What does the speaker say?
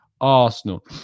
Arsenal